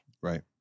right